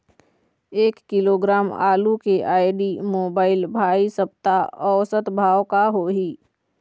एक किलोग्राम आलू के आईडी, मोबाइल, भाई सप्ता औसत भाव का होही?